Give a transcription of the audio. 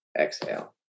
exhale